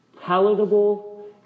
palatable